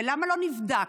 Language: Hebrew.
ולמה לא נבדק.